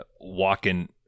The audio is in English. walking